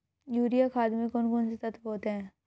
Urea खाद में कौन कौन से तत्व होते हैं?